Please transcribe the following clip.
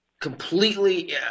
Completely